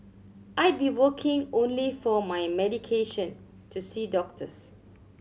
I'd be working only for my medication to see doctors